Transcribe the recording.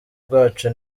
bwacu